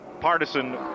partisan